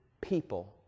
people